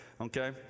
okay